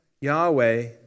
Yahweh